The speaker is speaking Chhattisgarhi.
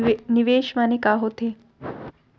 निवेश माने का होथे?